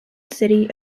city